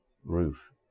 roof